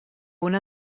punt